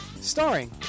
Starring